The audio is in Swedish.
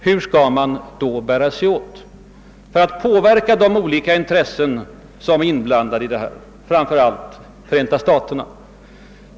Hur skall man då bära sig åt för att påverka dem som är inblandade, framför allt Förenta staterna?